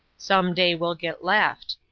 some day we'll get left.